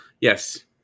Yes